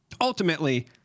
ultimately